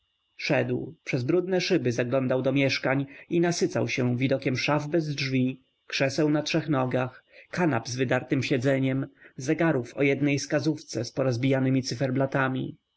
szedł przez brudne szyby zaglądał do mieszkań i nasycał się widokiem szaf bez drzwi krzeseł na trzech nogach kanap z wydartem siedzeniem zegarów o jednej skazówce z porozbijanemi cyferblatami szedł i